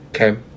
Okay